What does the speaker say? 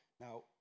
Now